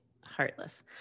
heartless